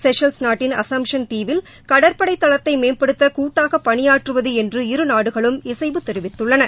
Seychelles நாட்டின் Assumption தீவில் கடற்படை தளத்தை மேம்படுத்த கூட்டாக பணியாற்றுவது என்று இரு நாடுகளும் இசைவு தெரிவித்துள்ளன